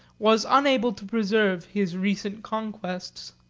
was unable to preserve his recent conquests.